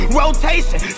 rotation